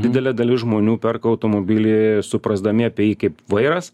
didelė dalis žmonių perka automobilį suprasdami apie jį kaip vairas